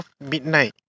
midnight